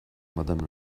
madame